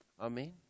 Amen